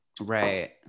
right